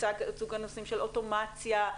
הוצג הנושא של אוטומציה,